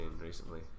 Recently